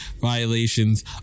violations